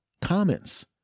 comments